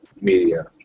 media